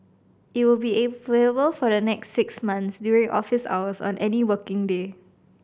it will be available for the next six months during office hours on any working day